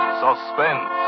suspense